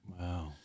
Wow